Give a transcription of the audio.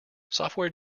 software